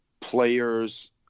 players –